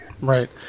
Right